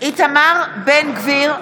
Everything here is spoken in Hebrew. איתמר בן גביר,